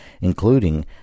including